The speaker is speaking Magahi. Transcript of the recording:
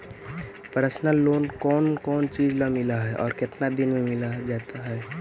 पर्सनल लोन कोन कोन चिज ल मिल है और केतना दिन में मिल जा है?